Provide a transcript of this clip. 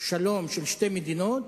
שלום של שתי מדינות,